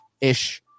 ish